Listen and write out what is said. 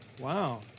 Wow